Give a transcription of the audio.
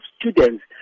students